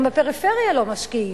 גם בפריפריה לא משקיעים.